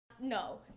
No